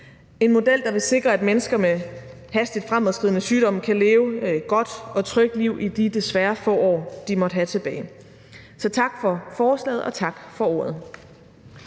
en model, der vil sikre, at mennesker med hastigt fremadskridende sygdom kan leve et godt og trygt liv i de desværre få år, de måtte have tilbage. Så tak for forslaget, og tak for ordet.